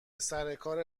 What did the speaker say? سرکار